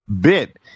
bit